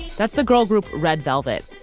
that's the girl group, red velvet,